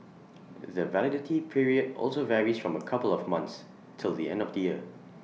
the validity period also varies from A couple of months till the end of the year